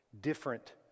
different